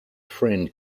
friend